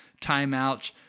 timeouts